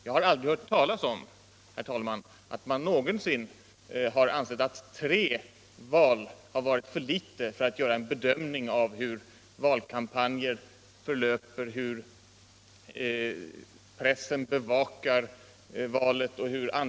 Jag har aldrig hört talas om, herr talman, att man någonsin har ansett att tre val har varit för litet för att göra en bedömning av hur valkampanjer förlöper och hur pressen bevakar valet.